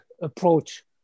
approach